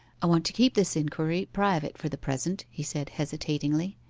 i want to keep this inquiry private for the present he said hesitatingly.